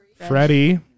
Freddie